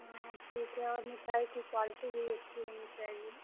हाँ ठीक है और मिठाई की क्वालटी भी अच्छी होनी चाहिए